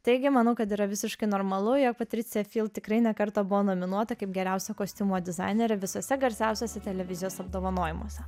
taigi manau kad yra visiškai normalu jog patricija tikrai ne kartą buvo nominuota kaip geriausia kostiumo dizainerių visose garsiausiose televizijos apdovanojimuose